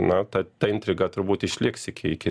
na ta ta intriga turbūt išliks iki iki